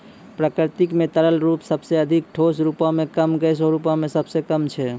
प्रकृति म तरल रूप सबसें अधिक, ठोस रूपो म कम, गैस रूपो म सबसे कम छै